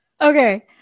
Okay